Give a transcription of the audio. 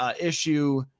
issue